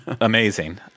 amazing